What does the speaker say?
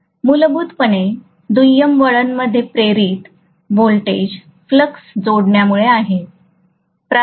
मूलभूतपणे दुय्यम वळण मध्ये प्रेरित व्होल्टेज फ्लक्स जोडण्यामुळे आहे